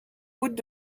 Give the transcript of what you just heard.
gouttes